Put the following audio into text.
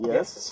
Yes